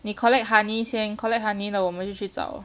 你 collect honey 先 collect honey 了我们就去找